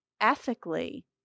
ethically